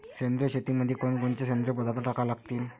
सेंद्रिय शेतीमंदी कोनकोनचे सेंद्रिय पदार्थ टाका लागतीन?